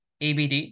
ABD